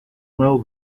well